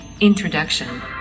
Introduction